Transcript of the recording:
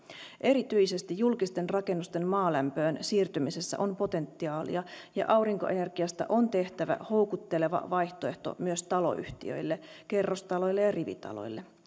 erityisesti julkisten rakennusten maalämpöön siirtymisessä on potentiaalia ja aurinkoenergiasta on tehtävä houkutteleva vaihtoehto myös taloyhtiöille kerrostaloille ja rivitaloille